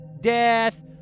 Death